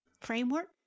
framework